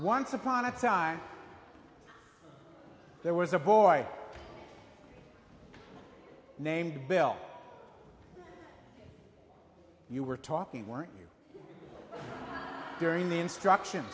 once upon a time there was a boy named bill you were talking weren't you during the instructions